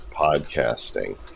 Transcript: podcasting